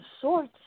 sorts